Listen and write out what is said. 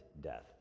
death